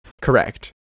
Correct